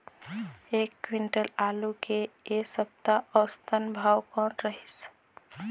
एक क्विंटल आलू के ऐ सप्ता औसतन भाव कौन रहिस?